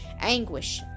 anguish